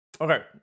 Okay